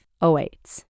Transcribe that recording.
awaits